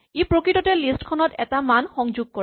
ই প্ৰকৃততে লিষ্ট খনত এটা মান সংযোগ কৰে